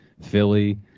Philly